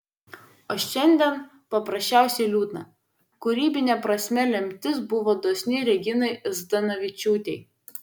o šiandien paprasčiausiai liūdna kūrybine prasme lemtis buvo dosni reginai zdanavičiūtei